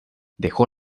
dejó